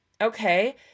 okay